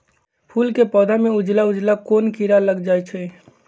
फूल के पौधा में उजला उजला कोन किरा लग जई छइ?